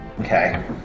Okay